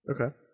Okay